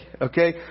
Okay